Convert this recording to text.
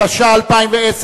התשע"א 2010,